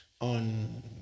on